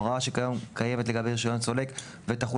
הוראה שכיום קיימת לגבי רישיון סולק ותחול